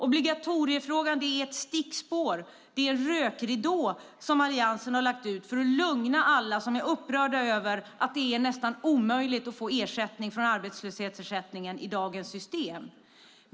Obligatoriefrågan är ett stickspår, en rökridå, som Alliansen lagt ut för att lugna alla som är upprörda över att det är nästan omöjligt att få ersättning från arbetslöshetsersättningen med dagens system.